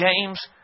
James